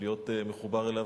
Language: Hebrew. להיות מחובר אליו,